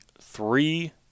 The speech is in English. three